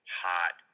hot